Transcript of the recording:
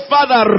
Father